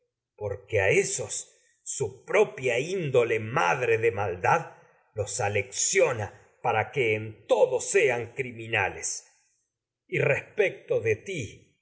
porque ésos para su propia en índole madre de maldad les alecciona de que todo sean criminales y respecto ti